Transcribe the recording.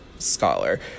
Scholar